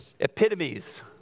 Epitomes